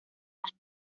más